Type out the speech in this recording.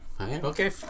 Okay